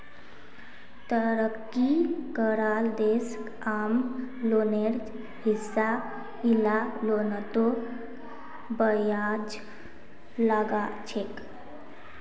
तरक्की कराल देश आम लोनेर हिसा इला लोनतों ब्याज लगाछेक